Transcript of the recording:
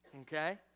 Okay